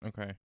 Okay